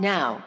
Now